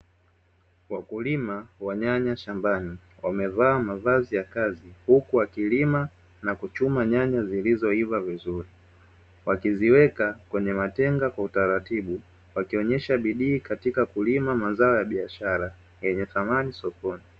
Wakulima wa nyanya shambani, wamevaa mavazi ya kazi huku wakilima na kuchuma nyanya zilizoiva vizuri, wakiziweka kwenye matenga kwa utaratibu, wakionyesha bidii katika kulima mazao ya biashara yenye thamani sokoni.